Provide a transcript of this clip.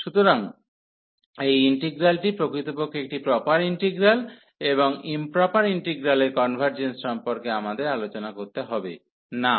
সুতরাং এই ইন্টিগ্রাল্টি প্রকৃতপক্ষে একটি প্রপার ইন্টিগ্রাল এবং ইম্প্রপার ইন্টিগ্রালের কনভার্জেন্স সম্পর্কে আমাদের আলোচনা করতে হবে না